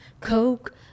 Coke